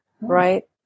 right